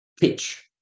pitch